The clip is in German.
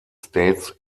states